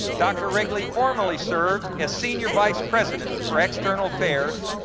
dr. wrigley formerly served as senior vice president for external affairs,